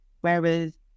whereas